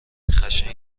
خشن